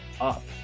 up